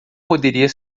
poderia